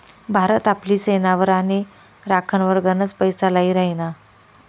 भारत आपली सेनावर आणि राखनवर गनच पैसा लाई राहिना